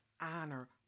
honor